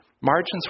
Margins